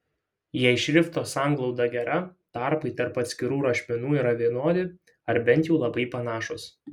jei šrifto sanglauda gera tarpai tarp atskirų rašmenų yra vienodi ar bent jau labai panašūs